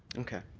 okay.